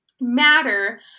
matter